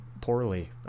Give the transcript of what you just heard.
poorly